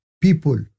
people